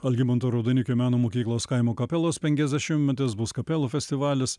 algimanto raudonikio meno mokyklos kaimo kapelos penkiasdešimtmetis bus kapelų festivalis